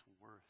worth